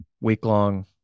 week-long